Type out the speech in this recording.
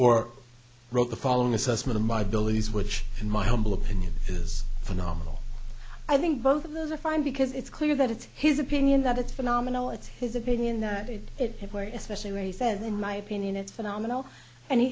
or wrote the following assessment of my beliefs which in my humble opinion is phenomenal i think both of those are fine because it's clear that it's his opinion that it's phenomenal it's his opinion that if it were especially when he says in my opinion it's phenomenal and